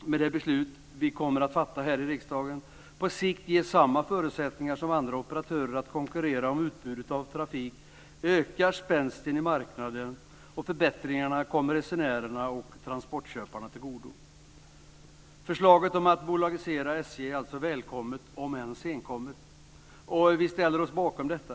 med det beslut vi kommer att fatta här i riksdagen på sikt ges samma förutsättningar som andra operatörer att konkurrera om utbudet av trafik ökar spänsten i marknaden, och förbättringarna kommer resenärerna och transportköparna till godo. Förslaget om att bolagisera SJ är alltså välkommet, om än senkommet, och vi ställer oss bakom detta.